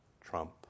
trump